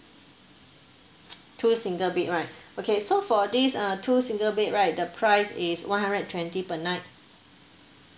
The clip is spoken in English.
two single bed right okay so for this uh two single bed right the price is one hundred and twenty per night